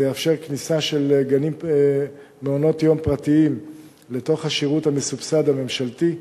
זה יאפשר כניסה של מעונות יום פרטיים לתוך השירות המסובסד הממשלתי,